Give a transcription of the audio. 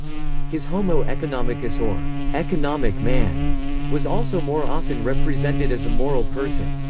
his homo economicus or economic man was also more often represented as a moral person.